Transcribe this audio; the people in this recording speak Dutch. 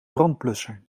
brandblusser